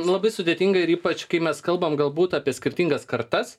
labai sudėtinga ir ypač kai mes kalbam galbūt apie skirtingas kartas